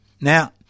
Now